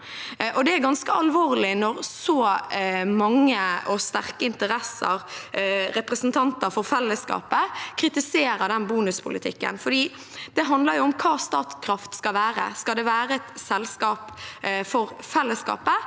ganske alvorlig når så mange og sterke interesser, representanter for fellesskapet, kritiserer den bonuspolitikken, fordi det handler om hva Statkraft skal være. Skal det være et selskap for fellesskapet,